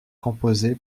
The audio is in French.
composé